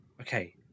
okay